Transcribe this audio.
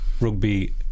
rugby